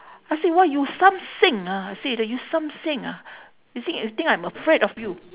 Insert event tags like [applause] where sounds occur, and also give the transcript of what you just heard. I say !wah! you samseng ah I say that you samseng ah [breath] you si~ you think I'm afraid of you